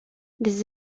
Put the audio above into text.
des